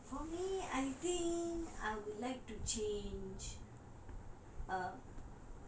for me I think I would like to change